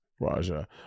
Raja